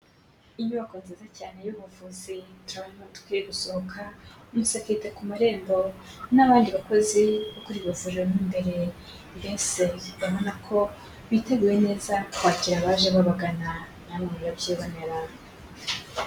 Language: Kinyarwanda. Inyubako nziza cyane y'ubuvuzi. Turabona imodoka iri gusohoka, umusekirite ku marembo n'abandi bakozi bo bari aho mo imbere. Mbese urabona ko biteguye neza kwakira abaje babagana, namwe murabyibonera.